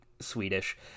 Swedish